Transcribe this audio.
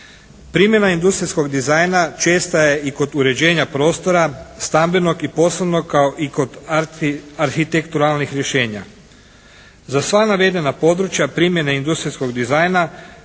Primjena industrijskog dizajna česta je i kod uređenja prostora stambenog i poslovnog kao i kod arhitekturalnih rješenja. Za sva navedena područja primjene industrijskog dizajna